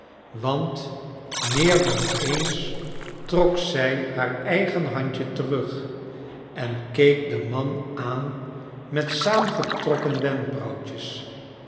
want meer dan eens trok zij naar eigen handje terug en keek den man aan met saamgetrokken wenkbrauwtjes en